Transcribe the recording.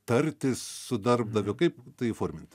tartis su darbdaviu kaip tai įformint